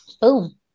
Boom